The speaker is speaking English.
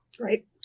Right